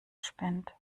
spinnt